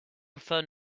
prefer